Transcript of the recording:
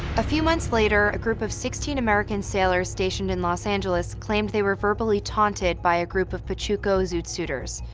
a few months later, a group of sixteen american sailors stationed in los angeles claimed they were verbally taunted by a group of pachuco zoot suiters.